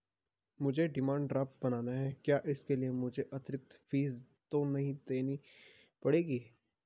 मुझे demand draft बनाना है क्या इसके लिए मुझे अतिरिक्त फीस तो नहीं देनी पड़ेगी?